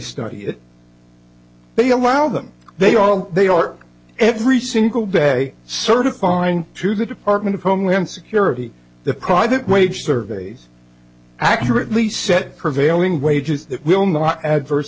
study it they allow them they are all they are every single day certifying to the department of homeland security the private wage surveys accurately set prevailing wages that will not adverse